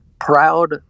proud